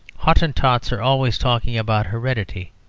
hottentots are always talking about heredity,